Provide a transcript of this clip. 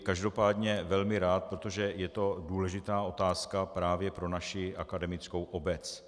Každopádně velmi rád, protože je to důležitá otázka právě pro naši akademickou obec.